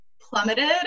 plummeted